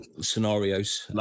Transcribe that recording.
scenarios